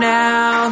now